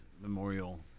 Memorial